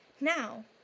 Now